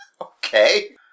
Okay